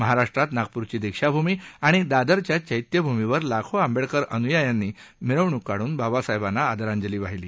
महाराष्ट्रात नागपूरची दीक्षाभूमी आणि दादरच्या चैत्यभूमीवर लाखो आंबेडकर अनुयायांनी मिरवणुक काढून बाबासाहेबांना आदरांजली वाहिली